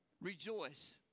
Rejoice